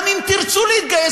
גם אם תרצו להתגייס,